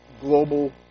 global